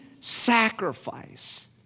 sacrifice